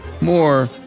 more